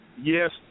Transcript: yes